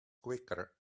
quicker